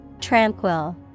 Tranquil